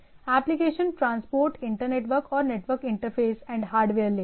application transport internetwork और network interface and hardware layer हैं